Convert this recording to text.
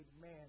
man